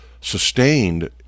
sustained